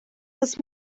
кыз